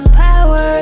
power